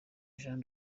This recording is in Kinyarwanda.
jean